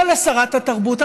לא לשרת התרבות,